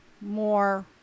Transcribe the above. more